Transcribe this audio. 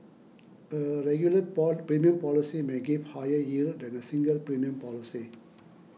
a regular premium policy may give higher yield than a single premium policy